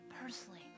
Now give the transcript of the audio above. personally